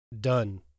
done